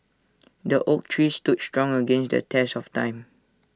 the oak tree stood strong against the test of time